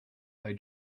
they